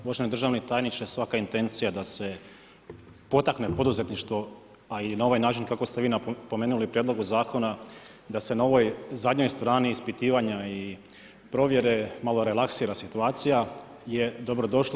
Uvaženi državni tajniče, svaka intencija da se potakne poduzetništvo a i na ovaj način kako ste vi napomenuli u prijedlogu zakona da se na ovoj zadnjoj strani ispitivanja i provjere malo relaksira situacija je dobro došla.